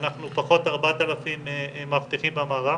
אנחנו פחות 4,000 מאבטחים במערך,